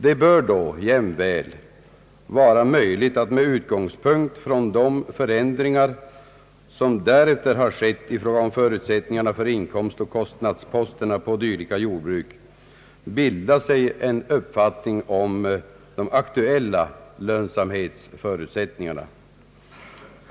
Det bör då jämväl vara möjligt att med utgångspunkt från de förändringar, som därefter har skett i fråga om förutsättningarna för inkomstoch kostnadsposterna på dylika jordbruk, bilda sig en uppfattning om de aktuella lönsamhetsförutsättningarna.